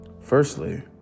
Firstly